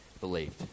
believed